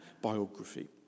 biography